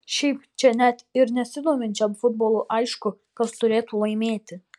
šiaip čia net ir nesidominčiam futbolu aišku kas turėtų laimėti